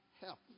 help